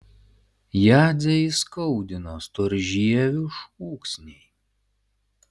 jadzę įskaudino storžievių šūksniai